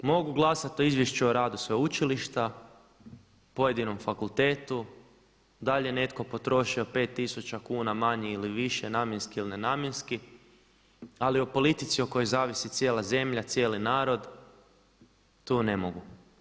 Mogu glasat o izvješću o radu sveučilišta, pojedinom fakultetu, dali je netko potrošio 5 tisuća kuna manje ili više, namjenski ili nenamjenski ali o politici o kojoj zavisi cijela zemlja, cijeli narod tu ne mogu.